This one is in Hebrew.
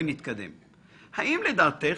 האם לדעתך